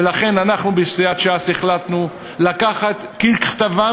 ולכן אנחנו בסיעת ש"ס החלטנו לקחת ככתבן